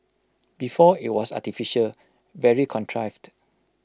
before IT was artificial very contrived